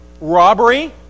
Robbery